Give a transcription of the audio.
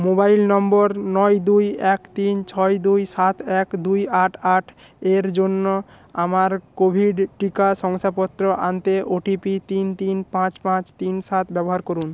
mobile নম্বর নয় দুই এক তিন ছয় দুই সাত এক দুই আট আট এর জন্য আমার কোভিড টিকা শংসাপত্র আনতে ওটিপি তিন তিন পাঁচ পাঁচ তিন সাত ব্যবহার করুন